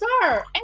sir